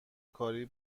کاری